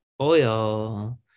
Oil